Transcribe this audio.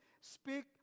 speak